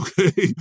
Okay